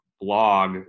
blog